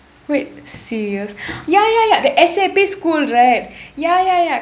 wait serious ya ya ya the S_A_P school right ya ya ya